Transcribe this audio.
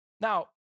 Now